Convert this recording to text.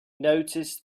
noticed